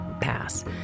pass